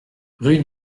rue